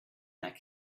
that